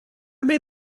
made